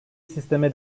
sisteme